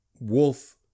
wolf